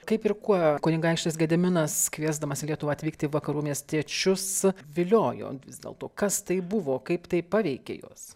kaip ir kuo kunigaikštis gediminas kviesdamas į lietuvą atvykti vakarų miestiečius viliojo vis dėlto kas tai buvo kaip tai paveikė juos